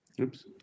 Oops